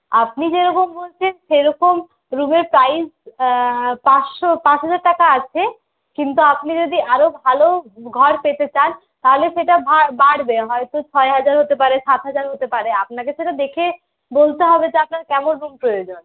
আপনি যেরকম বলছেন সেরকম রুমের প্রাইস পাঁচশো পাঁচ হাজার টাকা আছে কিন্তু আপনি যদি আরও ভালো ঘর পেতে চান তাহলে সেটা বাড়বে হয়তো ছয় হাজার হতে পারে সাত হাজার হতে পারে আপনাকে সেটা দেখে বলতে হবে যে আপনার কেমন রুম প্রয়োজন